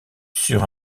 sur